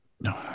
no